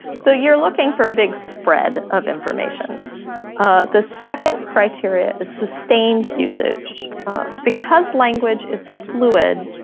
so you're looking for a big spread of information ah the second criteria is sustained usage because language is fluid,